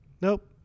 Nope